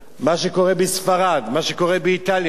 מה שקורה בספרד, מה שקורה באיטליה.